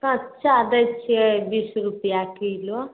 कच्चा दै छिए बीस रुपैआ किलो